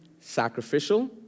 sacrificial